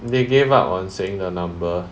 they gave up on saying the number